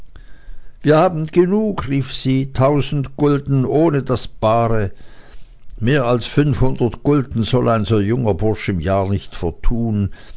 wir haben genug rief sie tausend gulden ohne das bare mehr als fünfhundert gulden soll ein so junger bursch im jahr nicht vertun